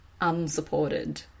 unsupported